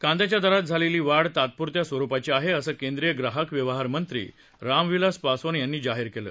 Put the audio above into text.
कांद्याच्या दरात झालेली वाढ तात्प्रत्या स्वरुपाची आहे असं केंद्रीय ग्राहक व्यवहार मंत्री रामविलास पासवान यांनी सांगितलं